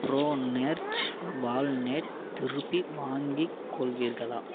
bro நேர்ச் walnut திருப்பி வாங்கிக் கொள்வீர்களா